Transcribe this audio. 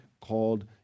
called